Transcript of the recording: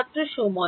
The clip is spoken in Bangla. ছাত্র সময়